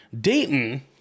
Dayton